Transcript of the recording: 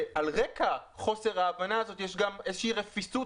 ועל רקע חוסר ההבנה הזאת יש גם איזושהי רפיסות